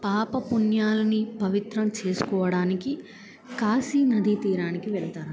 పాప పుణ్యాలని పవిత్రం చేసుకోవడానికి కాశీ నది తీరానికి వెళ్తారు